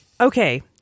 Okay